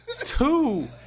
Two